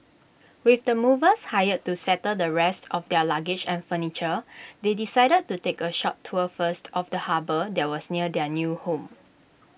with the movers hired to settle the rest of their luggage and furniture they decided to take A short tour first of the harbour that was near their new home